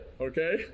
okay